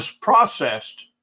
processed